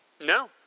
No